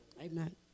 Amen